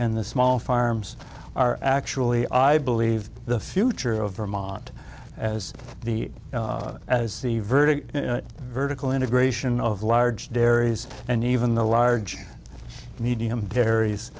and the small farms are actually i believe the future of vermont as the as the verdict vertical integration of large dairies and even the large medium